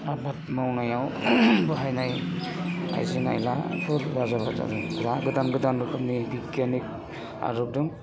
आबाद मावनायाव बाहायनाय आयजें आयलाफोरा जाबाय दा गोदान गोदान रोखोमनि बिगियानिक आदब दं